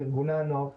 לארגוני הנוער,